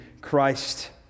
Christ